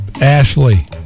Ashley